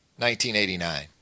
1989